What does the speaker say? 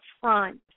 front